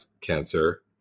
cancer